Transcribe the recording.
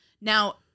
Now